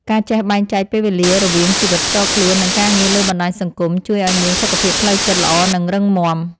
ការចេះបែងចែកពេលវេលារវាងជីវិតផ្ទាល់ខ្លួននិងការងារលើបណ្តាញសង្គមជួយឱ្យមានសុខភាពផ្លូវចិត្តល្អនិងរឹងមាំ។